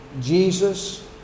Jesus